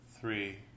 three